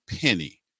penny